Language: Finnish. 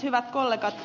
hyvät kollegat